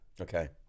Okay